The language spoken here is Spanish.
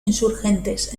insurgentes